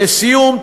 לסיום,